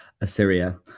assyria